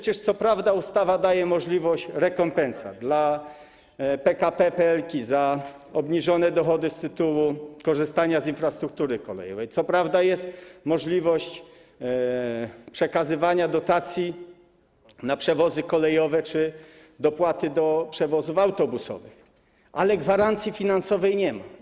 Co prawda ustawa daje możliwość przyznania rekompensat dla PKP PLK za obniżone dochody z tytułu korzystania z infrastruktury kolejowej, co prawda jest możliwość przekazywania dotacji na przewozy kolejowe czy dopłaty do przewozów autobusowych, ale gwarancji finansowej tutaj nie ma.